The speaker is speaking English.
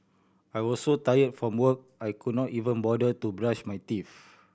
I was so tired from work I could not even bother to brush my teeth